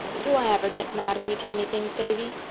do i ever get mad when you tell me things, davy?